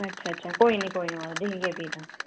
अच्छा अच्छा कोईं नेई कोई नेईं मता दिखगे फ्ही तां